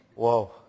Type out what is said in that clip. Whoa